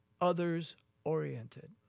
others-oriented